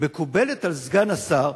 מקובלת על סגן השר,